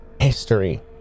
history